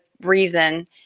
reason